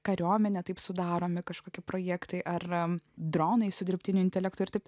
kariuomene taip sudaromi kažkokie projektai ar dronai su dirbtiniu intelektu ir tik